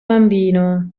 bambino